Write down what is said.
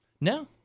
No